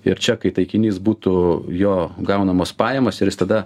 ir čia kai taikinys būtų jo gaunamos pajamos ir jis tada